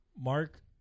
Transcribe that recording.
Mark